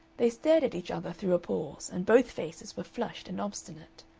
they stared at each other through a pause, and both faces were flushed and obstinate.